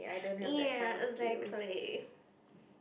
and exactly